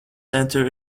center